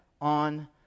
on